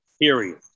period